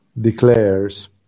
declares